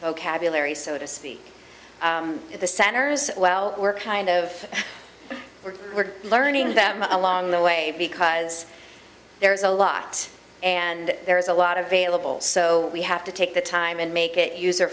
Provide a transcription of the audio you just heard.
valarie so to speak at the centers well we're kind of we're we're learning them along the way because there's a lot and there's a lot of vailable so we have to take the time and make it user